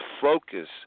focus